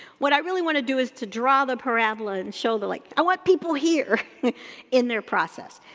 what i really wanna do is to draw the parabola and show that like i want people here in their process.